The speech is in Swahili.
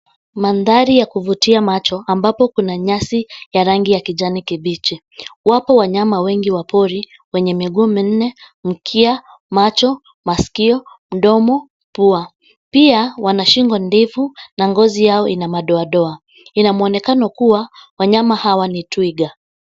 Maandhari ya kuvutia macho ambapo kuna nyasi ya rangi ya kijani kibichi. Wapo wanyama wengi wa pori wenye miguu minne, mikia, macho, masikio, mdomo, pua. Pia wana shingo ndefu na ngozi yao ina madoadoa. Ina mwonekano kuwa wanyama hawa ni twiga.